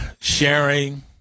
sharing